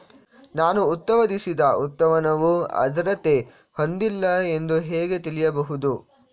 ನಾನು ಉತ್ಪಾದಿಸಿದ ಉತ್ಪನ್ನವು ಆದ್ರತೆ ಹೊಂದಿಲ್ಲ ಎಂದು ಹೇಗೆ ತಿಳಿಯಬಹುದು?